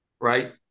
Right